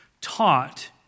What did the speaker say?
taught